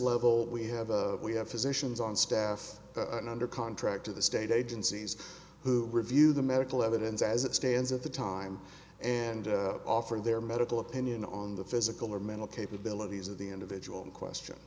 level we have we have physicians on staff under contract to the state agencies who review the medical evidence as it stands at the time and offer their medical opinion on the physical or mental capabilities of the individual in question